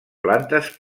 plantes